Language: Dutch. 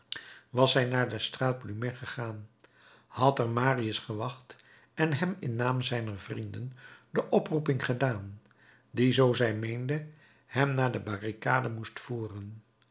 was zij naar de straat plumet gegaan had er marius gewacht en hem in naam zijner vrienden de oproeping gedaan die zoo zij meende hem naar de barricade moest voeren